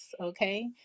okay